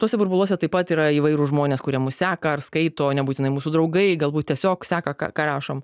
tuose burbuluose taip pat yra įvairūs žmonės kurie mus seka ar skaito nebūtinai mūsų draugai galbūt tiesiog seka ką ką rašom